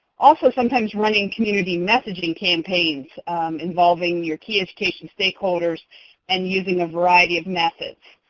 also, sometimes running community messaging campaigns involving your key education stakeholders and using a variety of methods.